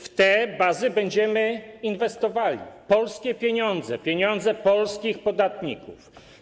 W te bazy będziemy inwestowali polskie pieniądze, pieniądze polskich podatników.